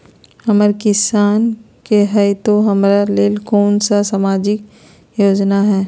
हम किसान हई तो हमरा ले कोन सा सामाजिक योजना है?